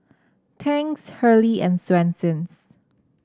Tangs Hurley and Swensens